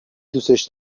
دوسش